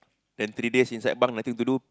then three days inside bunk nothing to do